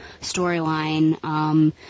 storyline